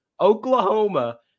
Oklahoma